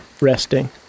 resting